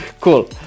Cool